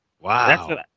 wow